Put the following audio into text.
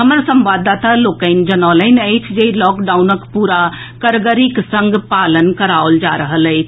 हमर संवाददाता लोकनि जनौलनि अछि जे लॉकडाउनक पूरा कड़गरिक संग पालन कराओल जा रहल अछि